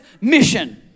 mission